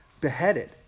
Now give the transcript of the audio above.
beheaded